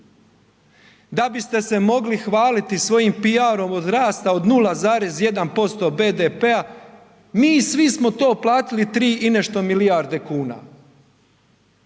Da biste se mogli hvaliti svojim piarom od rasta od 0,1% BDP-a, mi svi smo to platili 3 i nešto milijarde kuna.